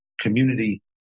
community